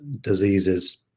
diseases